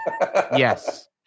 yes